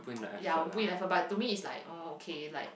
ya I will put in the effort but to me it's like oh okay like